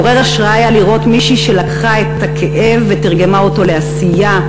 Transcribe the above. מעורר השראה היה לראות מישהי שלקחה את הכאב ותרגמה אותו לעשייה,